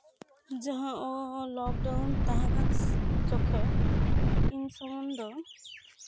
ᱡᱟᱦᱟᱸ ᱞᱚᱠᱰᱟᱣᱩᱱ ᱛᱟᱦᱮᱸ ᱠᱟᱱ ᱡᱚᱠᱷᱮᱡ ᱩᱱ ᱥᱚᱢᱚᱭ ᱫᱚ